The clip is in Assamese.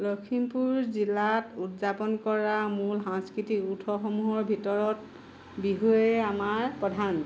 লখিমপুৰ জিলাত উদযাপন কৰা মূল সাংস্কৃতিক উৎসৱসমূহৰ ভিতৰত বিহুৱে আমাৰ প্ৰধান